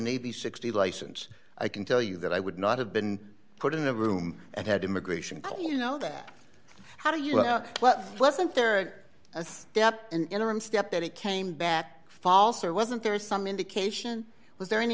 navy sixty license i can tell you that i would not have been put in the room and had immigration can you know that how do you know what wasn't there a step an interim step that he came back false or wasn't there is some indication was there any